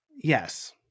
Yes